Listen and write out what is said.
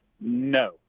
No